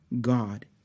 God